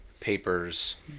papers